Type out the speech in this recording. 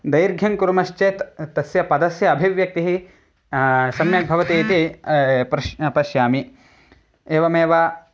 दैर्घ्यं कुर्मश्चेत् तस्य पदस्य अभिव्यक्तिः सम्यक् भवति इति प्रश्नः पश्यामि एवमेव